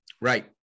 Right